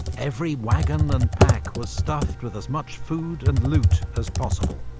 every wagon and pack was stuffed with as much food and loot as possible.